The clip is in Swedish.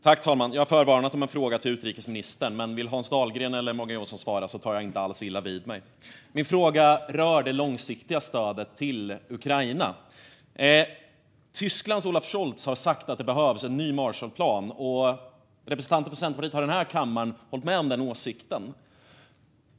Fru talman! Jag har förvarnat om en fråga till utrikesministern, men vill Hans Dahlgren eller Morgan Johansson svara tar jag inte alls illa vid mig. Min fråga rör det långsiktiga stödet till Ukraina. Tysklands Olaf Scholz har sagt att det behövs en ny Marshallplan, och representanter från Centerpartiet har i den här kammaren hållit med om den åsikten.